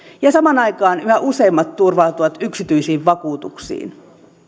ja samaan aikaan yhä useammat turvautuvat yksityisiin vakuutuksiin